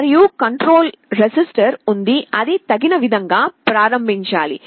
మరియు control register ఉంది అది తగిన విధంగా ప్రారంభించాలి